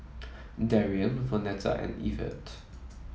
Darrien Vonetta and Evert